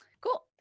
Cool